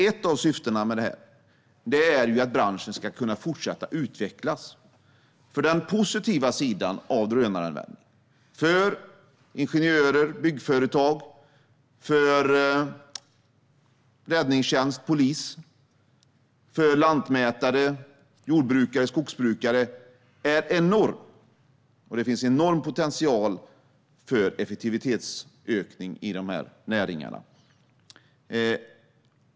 Ett av syftena med detta är att branschen ska kunna fortsätta att utvecklas, för den positiva sidan av drönaranvändning för ingenjörer, byggföretag, räddningstjänst, polis, lantmätare, jord och skogsbrukare är enorm. Och det finns en enorm potential för effektivitetsökning i dessa näringar.